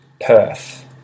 Perth